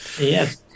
Yes